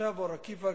תושב אור-עקיבא,